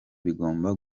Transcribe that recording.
bigomba